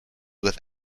with